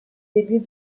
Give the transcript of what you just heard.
début